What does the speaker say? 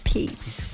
Peace